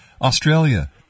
Australia